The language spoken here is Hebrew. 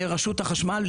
לרשות החשמל,